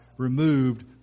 Removed